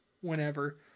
whenever